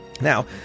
Now